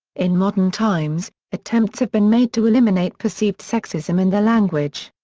in modern times, attempts have been made to eliminate perceived sexism in the language.